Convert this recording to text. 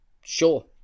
sure